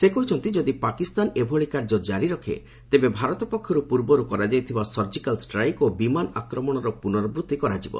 ସେ କହିଛନ୍ତି ଯଦି ପାକିସ୍ତାନ ଏଭଳି କାର୍ଯ୍ୟ କ୍ଟାରି ରଖେ ତେବେ ଭାରତ ପକ୍ଷରୁ ପୂର୍ବରୁ କରାଯାଇଥିବା ସର୍ଜିକାଲ୍ ଷ୍ଟ୍ରାଇକ୍ ଓ ବିମାନ ଆକ୍ରମଣର ପୁନରାବୃତ୍ତି କରାଯିବ